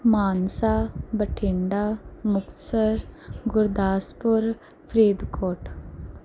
Mansa Bathinda Muktsar Gurdaspur Faridkot